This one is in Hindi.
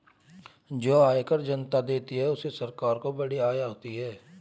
जो आयकर जनता देती है उससे सरकार को बड़ी आय होती है